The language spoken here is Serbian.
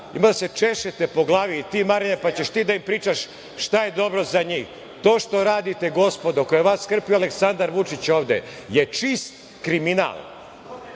ima da se češete po glavi, i ti Marijane, pa ćeš ti da im pričaš šta je dobro za njih. To što radite, gospodo, koje vas je skrpio Aleksandar Vučić ovde, je čist kriminal.